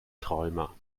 träumer